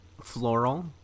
floral